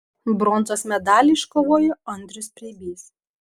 bronzos medalį iškovojo andrius preibys